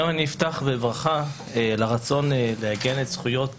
גם אני אפתח בברכה לרצון לעגן זכויות